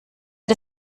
hat